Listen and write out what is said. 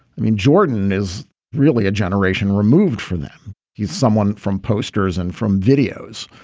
i mean, jordan is really a generation removed from them. he's someone from posters and from videos.